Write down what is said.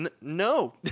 No